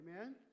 amen